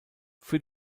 für